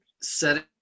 Setting